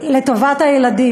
לטובת הילדים.